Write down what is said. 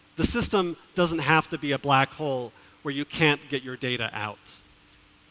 the system doesn't have to be a black hole where you can't get your data out.